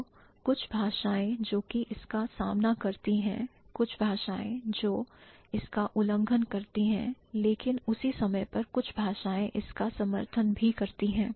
तो कुछ भाषाएं जोकि इसका सामना करती हैं कुछ भाषाएं जो इसका उल्लंघन करती हैं लेकिन उसी समय पर कुछ भाषाएं इसका समर्थन भी करती हैं